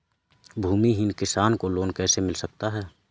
भूमिहीन किसान को लोन कैसे मिल सकता है?